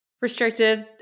restrictive